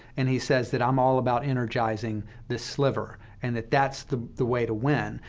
and he says that, i'm all about energizing this sliver, and that that's the the way to win.